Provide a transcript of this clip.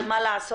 אבל מה לעשות,